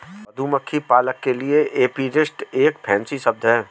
मधुमक्खी पालक के लिए एपीरिस्ट एक फैंसी शब्द है